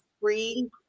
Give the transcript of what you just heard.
free